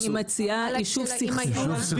אני מציעה יישוב סכסוך.